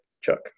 Chuck